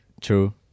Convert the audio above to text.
true